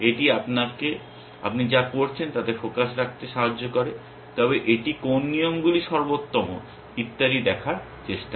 এটি আপনাকে আপনি যা করছেন তাতে ফোকাস রাখতে সাহায্য করে তবে এটি কোন নিয়মগুলি সর্বোত্তম ইত্যাদি দেখার চেষ্টা করে